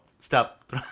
stop